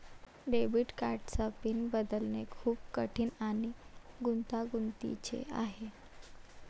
debit कार्डचा PIN बदलणे खूप कठीण आणि गुंतागुंतीचे आहे